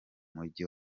mujyi